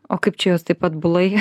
o kaip čia jos taip atbulai